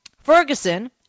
Ferguson